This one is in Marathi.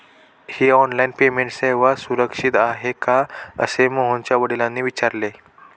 ही ऑनलाइन पेमेंट सेवा सुरक्षित आहे का असे मोहनच्या वडिलांनी विचारले